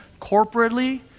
corporately